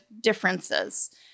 differences